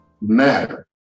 matter